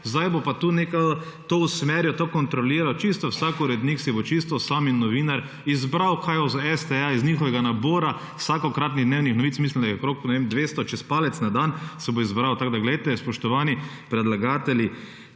zdaj bo pa tukaj neka, to usmeril to kontroliral. Čisto vsak urednik si bo čisto sam, en novinar, izbral kaj bo za STA iz njihovega nabora vsakokratnem mnenju novic mislim, da okrog potem 200 čez palec na dan, si bo izbral, tako da poglejte, spoštovani predlagatelji